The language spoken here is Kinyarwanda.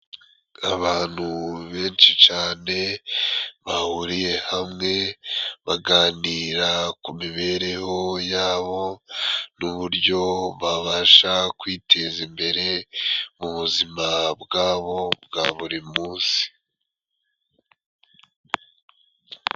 Abantu benshi cane bahuriye hamwe baganira ku mibereho yabo, n'uburyo babasha kwiteza imbere mu buzima bwabo bwa buri munsi.